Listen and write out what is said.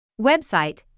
Website